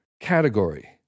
category